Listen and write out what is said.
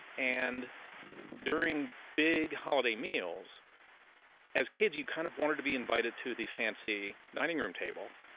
and during big holiday meals as kids, you kind of wanted to be invited to the fancy dining room table.